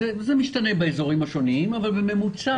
זה משתנה באזורים השונים, אבל בממוצע.